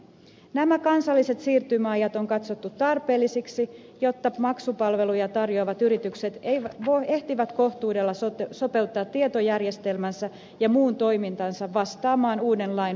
nämä kansalliset siirtymäajat on katsottu tarpeellisiksi jotta maksupalveluja tarjoavat yritykset ehtivät kohtuudella sopeuttaa tietojärjestelmänsä ja muun toimintansa vastaamaan uuden lain vaatimuksia